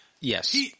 Yes